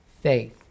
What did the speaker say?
faith